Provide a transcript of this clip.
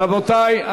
רבותי,